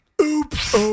Oops